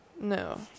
No